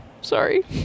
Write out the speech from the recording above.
sorry